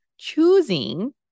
choosing